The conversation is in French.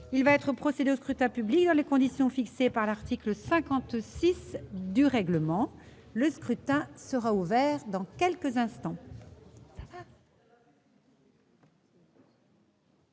Il va être procédé au scrutin dans les conditions fixées par l'article 56 du règlement. Le scrutin est ouvert. Personne ne demande